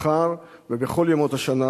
מחר ובכל ימות השנה,